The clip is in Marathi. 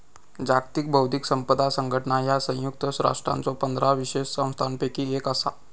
जागतिक बौद्धिक संपदा संघटना ह्या संयुक्त राष्ट्रांच्यो पंधरा विशेष संस्थांपैकी एक असा